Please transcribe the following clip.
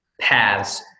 paths